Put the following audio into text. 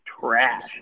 trash